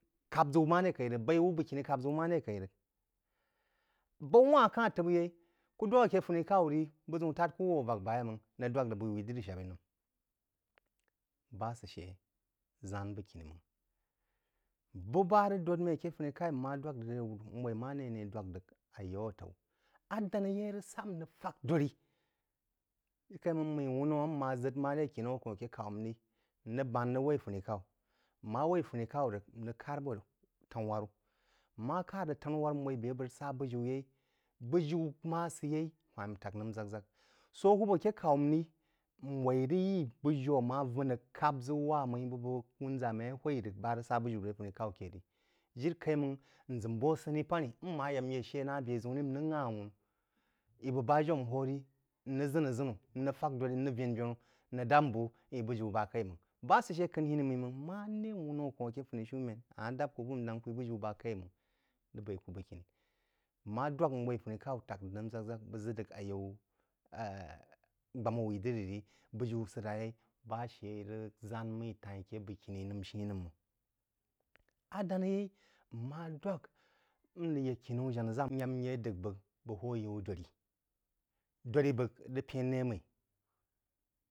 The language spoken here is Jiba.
Kap-ʒəu maré m’ai rəg, b’aí, wí bəgki-ni kap-ʒəu maré k’aí rəg. B’aú wah-n akán t’əp yeí, ku dwák ake funí k’anu wú ri bəg-ʒəu-n tāt kú wú ávák bá yeí máng nángh dwak rəg bəg wui drī shab-ī nəm. Bá dōd mme ake funi k’aí mmá dwak rəg ré wúrú n weí máré ané dwak rəg ayaú atáú. Adəna-yeí asá n rəg fàk dod-rī, jiri kaí máng mmeí wunō mma ʒəd maré khinaú kəhn aké k’au mmí rí n rəg bān n rəg waí funì k’au, mma waí funi k’au rəg, n rəg kár bō tan-wharu. Mma kād rəg tana-whárú n waí be a bəg rəg sá bujiú yeí. Bujiú ma sɛyeí, hwa-í mmí tak nəm ʒak-ʒak. Sō hūhwāb aké k’aú mmi rí n wai rəg yí bujiú a ma vūn rəg kāp-ʒəu wā-mmī bu bəg wūn-ʒá mmú a hwaí rəg bá rəg sá būjiú aré funi k’au ké rí jiri-kai máng m ʒəm bú asəní pani mmā yá nye shi ná be-ʒəun rí n rəg ngha-awu̇nú í bəg bá jaú mmí hō rí n rəg ʒən-aʒənu, n rəg fak dōdr n rəg vən-vənu, n dāp-mmi bú yín bujiú ba ak’aí máng. Bá sə shá kánhini mmi mang. Maré wunō kōn ake funi shūmén amā dā kú bú n dáng kú bujiu ba ak’a mang rəg baí kú bəgkini. Mma dwak n waí funí k’au tāk rəg nəm ʒak-ʒak bəg ʒəd d’əg ayaú e g err gbama wuī drī rī, bújiú sə ra yeí bā shə rəg ʒan mmí taí-n ake bəgkini nəm shin-nám máng. A d’əna yeí mmá dwak a rəg ya kínāú dōdrí – dōdri bəg rəg pēn rē mma.